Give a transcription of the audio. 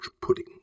Pudding